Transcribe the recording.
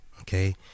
okay